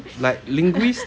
like linguist